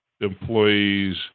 employees